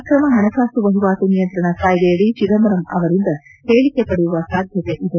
ಅಕ್ರಮ ಹಣಕಾಸು ವಹಿವಾಟು ನಿಯಂತ್ರಣ ಕಾಯ್ದೆಯಡಿ ಚದಂಬರಂ ಅವರಿಂದ ಹೇಳಿಕೆ ಪಡೆಯುವ ಸಾಧ್ಯತೆ ಇದೆ